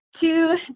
two